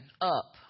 up